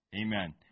Amen